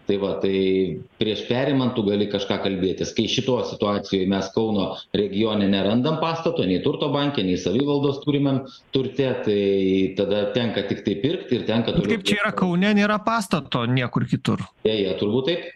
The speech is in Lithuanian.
tai va tai prieš perimant tu gali kažką kalbėtis kai šitoje situacijoje mes kauno regione nerandame pastato nei turto banke nei savivaldos turime turtėti tai tada tenka tiktai pirkti ir tenka kaip čia yra kaune nėra pastato niekur kitur ėjo turbūt taip